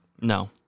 No